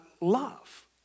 love